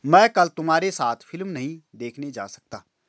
मैं कल तुम्हारे साथ फिल्म नहीं देखने जा सकता